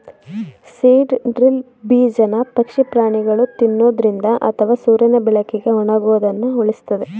seed drill ಬೀಜನ ಪಕ್ಷಿ ಪ್ರಾಣಿಗಳು ತಿನ್ನೊದ್ರಿಂದ ಅಥವಾ ಸೂರ್ಯನ ಬೆಳಕಿಗೆ ಒಣಗೋದನ್ನ ಉಳಿಸ್ತದೆ